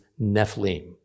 Nephilim